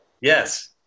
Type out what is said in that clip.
Yes